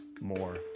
more